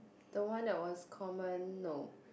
the one that was common no